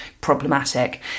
problematic